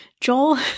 Joel